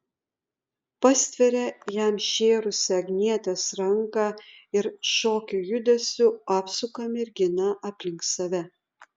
pastveria jam šėrusią agnietės ranką ir šokio judesiu apsuka merginą aplink save